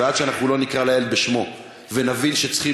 ועד שאנחנו לא נקרא לילד בשמו ונבין שצריכות